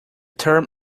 term